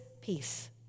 peace